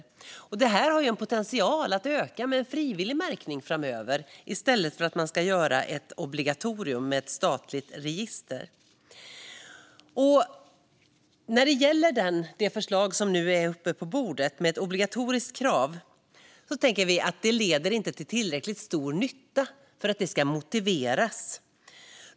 Detta med frivillig märkning har potential att öka framöver, i stället för att man ska införa ett obligatorium och ett statligt register. När det gäller det förslag som nu är på bordet, med ett obligatoriskt krav, tänker vi att det inte leder till tillräckligt stor nytta för att det ska vara motiverat.